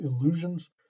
Illusions